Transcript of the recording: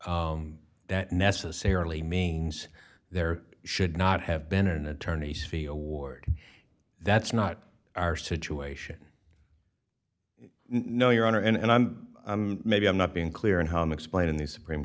station that necessarily means there should not have been an attorney's feel ward that's not our situation no your honor and i'm maybe i'm not being clear in home explaining the supreme